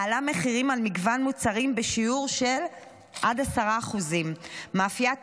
מעלה מחירים על מגוון מוצרים בשיעור של עד 10%; מאפיית